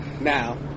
now